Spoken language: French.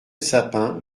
sapin